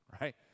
right